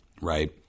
right